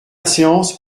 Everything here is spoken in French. séance